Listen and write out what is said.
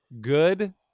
good